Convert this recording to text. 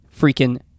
freaking